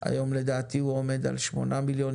היום לדעתי הוא עומד על שמונה מיליון,